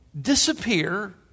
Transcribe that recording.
disappear